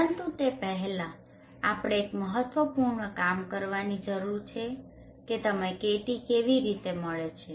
પરંતુ તે પહેલાં આપણે એક મહત્વપૂર્ણ કામ કરવાની જરૂર છે કે તમને KT કેવી રીતે મળે છે